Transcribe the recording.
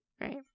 Right